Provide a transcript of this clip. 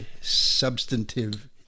substantive